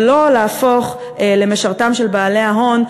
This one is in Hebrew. ולא להפוך למשרתם של בעלי ההון,